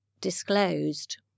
disclosed